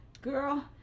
girl